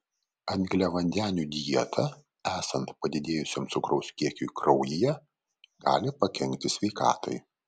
angliavandenių dieta esant padidėjusiam cukraus kiekiui kraujyje gali pakenkti sveikatai